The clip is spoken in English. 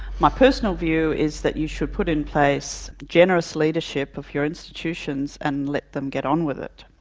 my personal view is that you should put in place generous leadership of your institutions and let them get on with it.